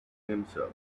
himself